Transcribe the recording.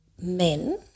men